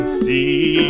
see